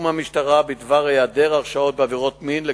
מהמשטרה בדבר היעדר הרשעות בעבירות מין,